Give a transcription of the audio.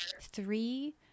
three